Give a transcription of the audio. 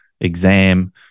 exam